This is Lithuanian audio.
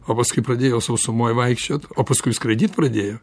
o paskui pradėjo sausumoj vaikščiot o paskui skraidyt pradėjo